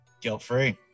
guilt-free